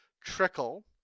trickle